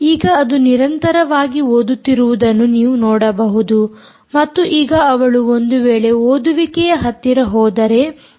ಈಗ ಅದು ನಿರಂತರವಾಗಿ ಓದುತ್ತಿರುವುದನ್ನು ನೀವು ನೋಡಬಹುದು ಮತ್ತು ಈಗ ಅವಳು ಒಂದು ವೇಳೆ ಓದುವಿಕೆಯ ಹತ್ತಿರ ಹೋದರೆ ಅಲ್ಲಿದೆ